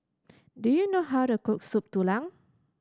do you know how to cook Soup Tulang